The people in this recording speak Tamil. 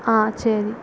ஆ சரி